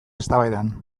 eztabaidan